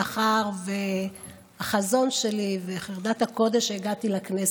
מאחר שהחזון שלי וחרדת הקודש על שהגעתי לכנסת,